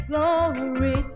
Glory